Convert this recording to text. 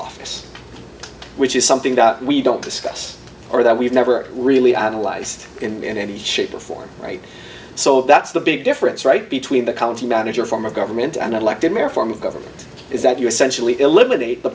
office which is something we don't discuss or that we've never really analyzed in any shape or form right so that's the big difference right between the county manager form of government and elected mayor form of government is that you essentially eliminate the